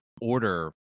order